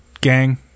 gang